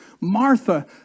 Martha